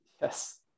Yes